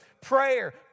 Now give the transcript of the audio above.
prayer